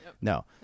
no